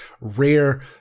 rare